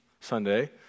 Sunday